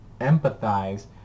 empathize